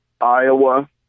iowa